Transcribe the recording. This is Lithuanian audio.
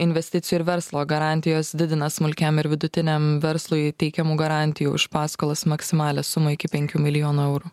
investicijų ir verslo garantijos didina smulkiam ir vidutiniam verslui teikiamų garantijų už paskolas maksimalią sumą iki penkių milijonų eurų